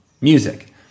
music